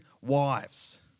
wives